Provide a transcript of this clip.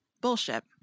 Bullshit